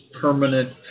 permanent